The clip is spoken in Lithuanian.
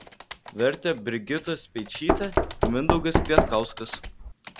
vertė brigita speičytė ir mindaugas kvietkauskas